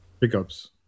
pickups